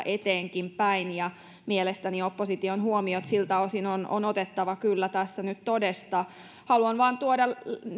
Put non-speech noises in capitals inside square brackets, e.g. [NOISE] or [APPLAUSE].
[UNINTELLIGIBLE] eteenkinpäin mielestäni opposition huomiot siltä osin on on otettava kyllä tässä nyt todesta haluan vain tuoda